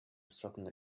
sudden